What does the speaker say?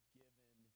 given